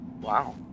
Wow